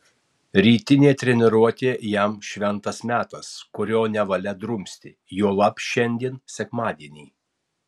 rytinė treniruotė jam šventas metas kurio nevalia drumsti juolab šiandien sekmadienį